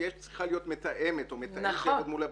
צריכה להיות מתאמת או מתאם שיעבוד מול הבנק.